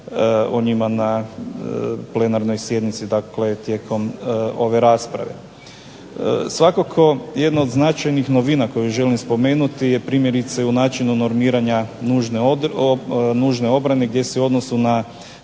o njima na plenarnoj sjednici, dakle tijekom ove rasprave. Svakako jedna od značajnih novina koju želim spomenuti je primjerice u načinu normiranja nužne obrane gdje se u odnosu na